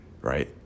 Right